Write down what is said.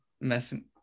Messing